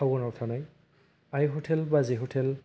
टाउनाव थानाय आइ हटेल बाजै हटेल